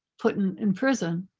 put and in prison.